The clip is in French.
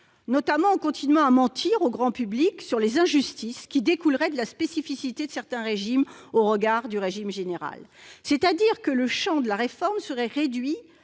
on continue à mentir au grand public sur les « injustices » qui découleraient de la spécificité de certains régimes au regard du régime général. De fait, le champ de la réforme se trouverait réduit,